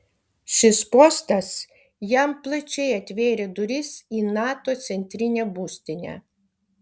šis postas jam plačiai atvėrė duris į nato centrinę būstinę